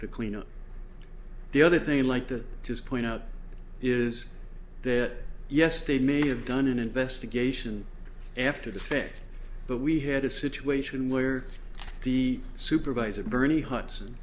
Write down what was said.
to clean up the other thing i'd like to just point out is that yes they may have done an investigation after the fact but we had a situation where the supervisor bernie hudson